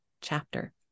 chapter